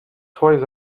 toys